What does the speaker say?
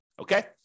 okay